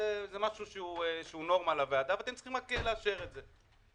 זה משהו שהוא נורמל לוועדה ואתם צריכים רק לאשר את זה.